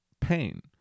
pain